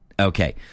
okay